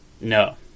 No